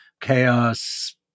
chaos